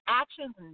actions